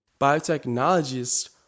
biotechnologists